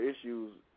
issues